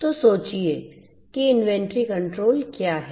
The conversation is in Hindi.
तो सोचिए कि इन्वेंट्री कंट्रोल क्या है